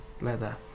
leather